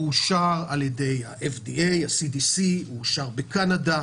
הוא אושר על ידי ה-FDA ה-CDC, אושר בקנדה.